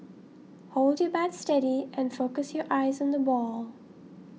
hold your bat steady and focus your eyes on the ball